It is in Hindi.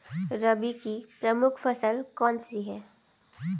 रबी की प्रमुख फसल कौन सी है?